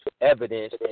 evidence